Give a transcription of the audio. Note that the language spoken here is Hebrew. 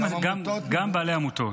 גם בעלי עמותות.